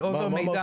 על אובר מידע.